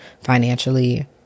financially